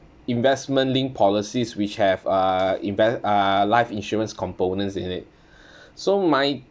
investment linked policies which have uh event uh life insurance components in it so my